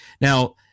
Now